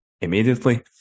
immediately